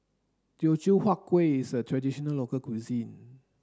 Teochew Huat Kueh is a traditional local cuisine